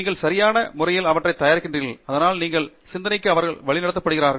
நீங்கள் சரியான முறையில் அவற்றை தயாரிக்கிறீர்கள் அதனால் உங்கள் சிந்தனைக்கு அவர்கள் வழிநடத்தப்படுகிறார்கள்